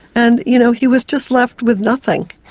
and you know he was just left with nothing.